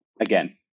again